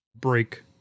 break